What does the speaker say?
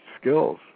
skills